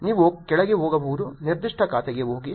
ನೀವು ಕೆಳಗೆ ಹೋಗಬಹುದು ನಿರ್ದಿಷ್ಟ ಖಾತೆಗೆ ಹೋಗಿ